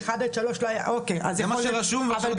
ב-1 עד 3 לא היה --- זה מה שרשום ועכשיו את אומרת משהו אחר.